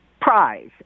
prize